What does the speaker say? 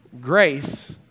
grace